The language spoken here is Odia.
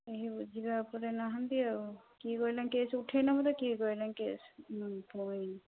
କେହି ବୁଝିବା ଉପରେ ନାହାନ୍ତି ଆଉ କିଏ କହିଲେଣି କେସ୍ ଉଠେଇନେବୁ ତ କିଏ କହିଲେ କେସ୍ ହମ୍ ପୁଣି